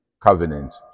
covenant